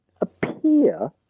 appear